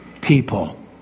people